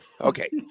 Okay